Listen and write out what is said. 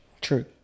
True